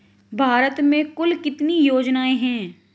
भारत में कुल कितनी योजनाएं हैं?